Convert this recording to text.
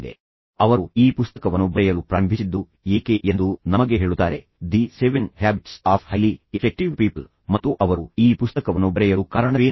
ಮತ್ತು ಅವರು ನಿಜವಾಗಿಯೂ ಅವರು ಈ ಪುಸ್ತಕವನ್ನು ಬರೆಯಲು ಪ್ರಾರಂಭಿಸಿದ್ದು ಏಕೆ ಎಂದು ನಮಗೆ ಹೇಳುತ್ತಾರೆ the seven habits of highly effective people ಮತ್ತು ಅವರು ಈ ಪುಸ್ತಕವನ್ನು ಬರೆಯಲು ಕಾರಣವೇನು